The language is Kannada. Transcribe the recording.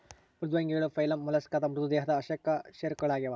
ಮೃದ್ವಂಗಿಗಳು ಫೈಲಮ್ ಮೊಲಸ್ಕಾದ ಮೃದು ದೇಹದ ಅಕಶೇರುಕಗಳಾಗ್ಯವ